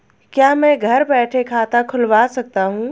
क्या मैं घर बैठे खाता खुलवा सकता हूँ?